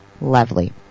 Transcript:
Lovely